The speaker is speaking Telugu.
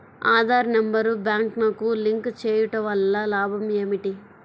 ఆధార్ నెంబర్ బ్యాంక్నకు లింక్ చేయుటవల్ల లాభం ఏమిటి?